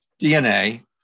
DNA